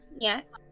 Yes